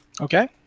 Okay